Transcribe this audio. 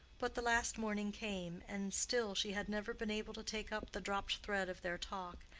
but the last morning came, and still she had never been able to take up the dropped thread of their talk,